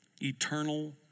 eternal